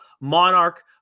Monarch